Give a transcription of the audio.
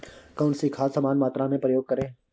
कौन सी खाद समान मात्रा में प्रयोग करें?